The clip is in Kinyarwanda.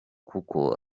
kuko